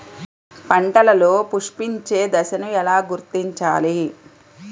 పంటలలో పుష్పించే దశను ఎలా గుర్తించాలి?